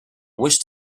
wish